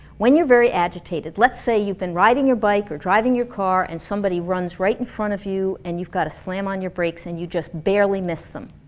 when you're very agitated, let's say you've been riding your bike or driving your car and somebody runs right in front of you and you've gotta slam on your brakes and you just barely miss them